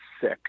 sick